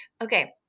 Okay